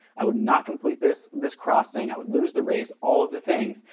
i would not complete this this crossing, i would lose the race, all of the things.